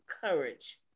courage